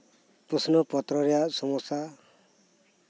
ᱯᱨᱚᱥᱱᱚ ᱯᱚᱛᱨᱚ ᱨᱮᱭᱟᱜ ᱥᱚᱢᱚᱥᱥᱟ